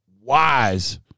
wise